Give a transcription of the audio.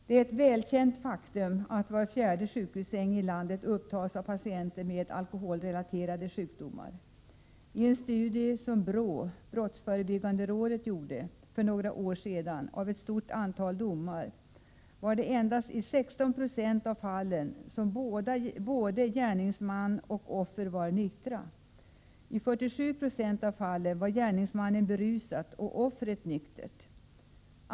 Det är ett välkänt faktum att var fjärde sjukhussäng i landet upptas av patienter med alkoholrelaterade sjukdomar. Enligt en studie som BRÅ, brottsförebyggande rådet, gjorde för några år sedan av ett stort antal domar var det endast i 16 96 av fallen som både gärningsman och offer var nyktra. I 47 90 av fallen var gärningsmannen berusad och offret nyktert.